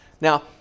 Now